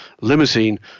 limousine